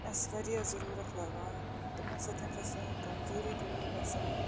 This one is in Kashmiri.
اَسہِ واریاہ ضٔروٗرَت لَگان تِمو سۭتۍ چھےٚ سٲنۍ کمزوٗری دوٗر گَژھان